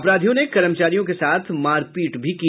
अपराधियों ने कर्मचारियों के साथ मारपीट भी की